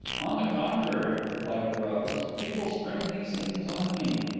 on the contrary, replied carrados, people spring these things on me.